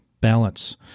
balance